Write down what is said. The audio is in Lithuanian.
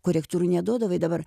korektūrų neduodavai dabar